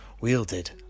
wielded